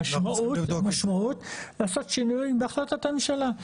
המשמעות היא לעשות שינויים בהחלטת הממשלה.